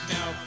Now